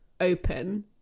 open